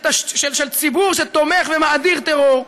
בציבור שתומך ומאדיר טרור.